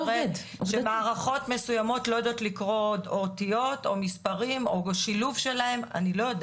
כשמערכות מסויימות לא יודעת לקרוא אותיות או מספרים או שילוב של שניהם.